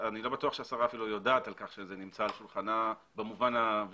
אני לא בטוח שהשרה יודעת על כך שזה נמצא על שולחנה במובן הווירטואלי.